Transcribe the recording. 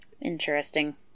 Interesting